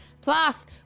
plus